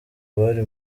bari